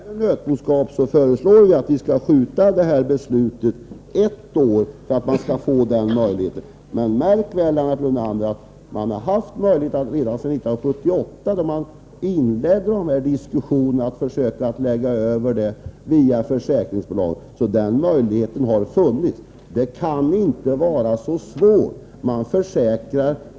Herr talman! När det gäller nötboskapen föreslår vi att beslutet skjuts ett år framåt, så att vi kan förvissa oss om att det är möjligt att förverkliga detsamma. Men märk väl, Lennart Brunander, att det ända sedan 1978, när man inledde diskussionerna i den här frågan, varit möjligt att göra en omläggning via försäkringsbolagen. Det kan inte vara särskilt svårt.